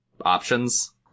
options